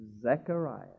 Zechariah